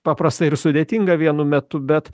paprasta ir sudėtinga vienu metu bet